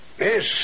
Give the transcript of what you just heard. Yes